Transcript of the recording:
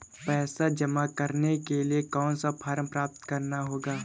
पैसा जमा करने के लिए कौन सा फॉर्म प्राप्त करना होगा?